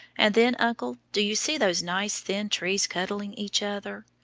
and then, uncle, do you see those nice thin trees cuddling each other?